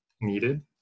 needed